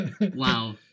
wow